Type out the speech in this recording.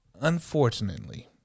Unfortunately